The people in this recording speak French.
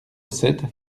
sept